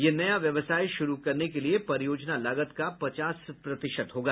यह नया व्यवसाय शुरू करने के लिए परियोजना लागत का पचास प्रतिशत होगा